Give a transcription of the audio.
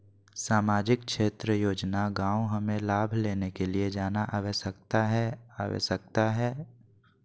सामाजिक क्षेत्र योजना गांव हमें लाभ लेने के लिए जाना आवश्यकता है आवश्यकता है?